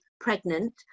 pregnant